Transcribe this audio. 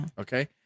Okay